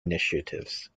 initiatives